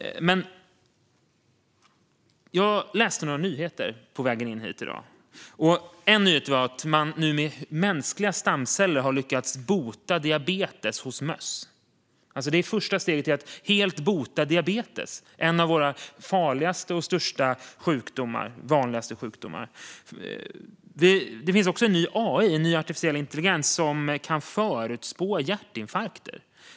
Jag läste några nyheter på vägen hit i dag. En nyhet var att man nu med mänskliga stamceller har lyckats bota diabetes hos möss. Detta är första steget mot att helt bota diabetes, en av våra farligaste och vanligaste sjukdomar. Det finns också ny AI, artificiell intelligens, som kan förutspå hjärtinfarkter.